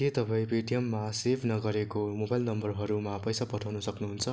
के तपाईँ पेटिएममा सेभ नगरेको मोबाइल नम्बरहरूमा पैँसा पठाउन सक्नुहुन्छ